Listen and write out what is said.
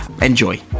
Enjoy